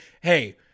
hey